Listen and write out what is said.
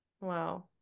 Wow